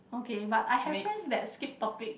okay but I have friends that skip topic